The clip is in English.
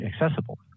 accessible